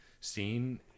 seen